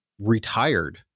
retired